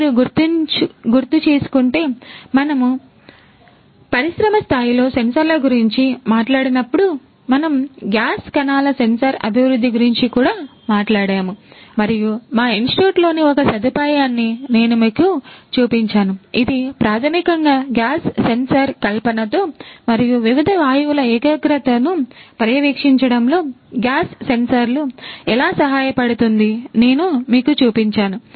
మీరు గుర్తుచేసుకుంటే మనము పరిశ్రమ స్థాయిలో సెన్సార్ల గురించి మాట్లాడినప్పుడు మనము గ్యాస్ కణాల సెన్సార్ అభివృద్ధి గురించి కూడా మాట్లాడాము మరియు మా ఇన్స్టిట్యూట్లోని ఒక సదుపాయాన్ని నేను మీకు చూపించాను ఇది ప్రాథమికంగా గ్యాస్ సెన్సార్ కల్పనతో మరియు వివిధ వాయువుల ఏకాగ్రతను పర్యవేక్షించడంలో గ్యాస్ సెన్సార్లు ఎలా సహాయపడుతుంది నేను మీకుచూపించాను